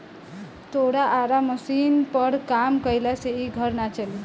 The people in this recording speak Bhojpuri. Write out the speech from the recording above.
तोरा आरा मशीनी पर काम कईला से इ घर ना चली